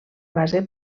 base